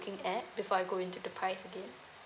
looking at before I go into the price again